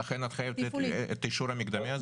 ולכן את חייבת את האישור המקדמי הזה?